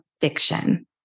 fiction